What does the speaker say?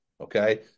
okay